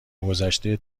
گذشته